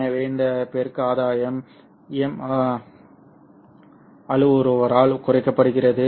எனவே இந்த பெருக்க ஆதாயம் M அளவுருவால் குறிக்கப்படுகிறது